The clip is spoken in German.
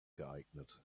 geeignet